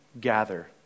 gather